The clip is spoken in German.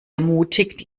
ermutigt